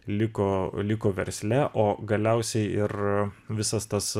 liko liko versle o galiausiai ir visas tas